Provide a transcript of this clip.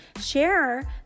share